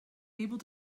able